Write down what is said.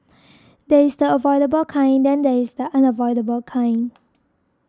there is the avoidable kind and then there is the unavoidable kind